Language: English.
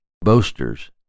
boasters